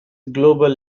global